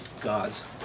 God's